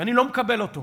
ואני לא מקבל אותו.